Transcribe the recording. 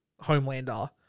Homelander